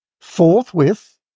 forthwith